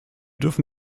dürfen